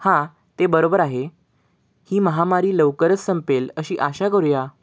हां ते बरोबर आहे ही महामारी लवकरच संपेल अशी आशा करूया